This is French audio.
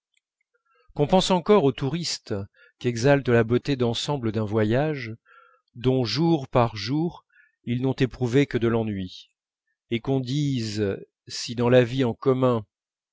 qu'on pense encore aux touristes qu'exalte la beauté d'ensemble d'un voyage dont jour par jour ils n'ont éprouvé que de l'ennui et qu'on dise si dans la vie en commun